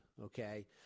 okay